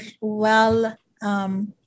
well-